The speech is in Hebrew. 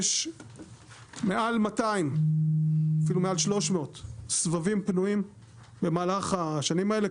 יש מעל ,200 אפילו מעל 300 סבבים פנויים במהלך השנים האלה,